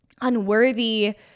unworthy